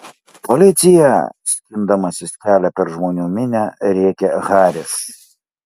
policija skindamasis kelią per žmonių minią rėkė haris